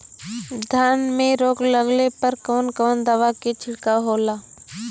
धान में रोग लगले पर कवन कवन दवा के छिड़काव होला?